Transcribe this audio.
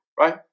right